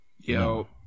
Yo